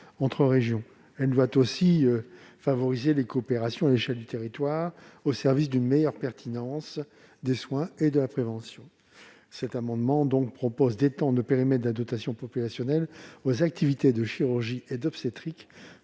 entre régions. Elle doit aussi favoriser les coopérations à l'échelle du territoire, au service d'une meilleure pertinence des soins et de la prévention. À ce titre, cet amendement a pour objet d'étendre le périmètre de la dotation populationnelle aux activités de chirurgie et d'obstétrique